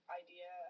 idea